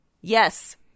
Yes